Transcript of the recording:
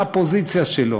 מה הפוזיציה שלו.